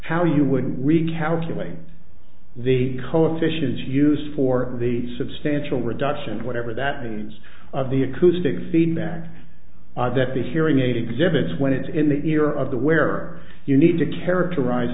how you would recalculate the coefficients used for the substantial reduction whatever that means of the acoustic feedback that the hearing aid exhibits when it's in the ear of the where you need to characterize